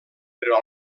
però